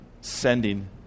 sending